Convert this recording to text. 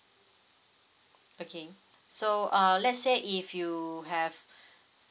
okay so uh let's say if you have